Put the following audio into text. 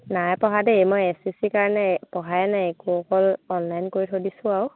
নাই পঢ়া দেই মই এছ এছ চিৰ কাৰণে পঢ়াই নাই একো অকল অনলাইন কৰি থৈ দিছোঁ আৰু